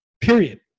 period